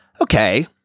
okay